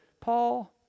Paul